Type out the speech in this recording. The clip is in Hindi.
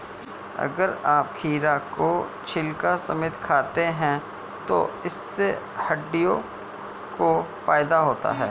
अगर आप खीरा को छिलका समेत खाते हैं तो इससे हड्डियों को फायदा होता है